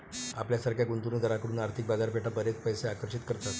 आपल्यासारख्या गुंतवणूक दारांकडून आर्थिक बाजारपेठा बरीच पैसे आकर्षित करतात